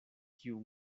kiu